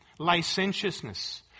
licentiousness